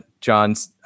John's